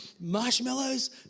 Marshmallows